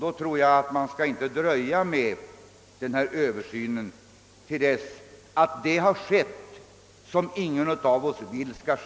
Jag anser därför att man inte skall dröja med översynen till dess att icke önskvärda saker hunnit inträffa.